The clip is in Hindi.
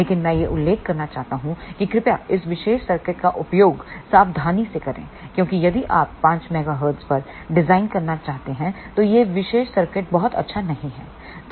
लेकिन मैं यह उल्लेख करना चाहता हूं कि कृपया इस विशेष सर्किट का उपयोग सावधानी से करें क्योंकि यदि आप 5 मेगाहर्ट्ज पर डिजाइन करना चाहते हैं तो यह विशेष सर्किट बहुत अच्छा नहीं है